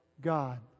god